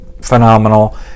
Phenomenal